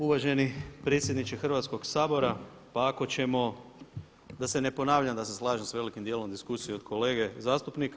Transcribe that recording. Uvaženi predsjedniče Hrvatskog sabora, pa ako ćemo da se ne ponavljam da se slažem sa velikim dijelom diskusije od kolege zastupnika.